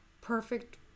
perfect